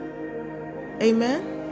Amen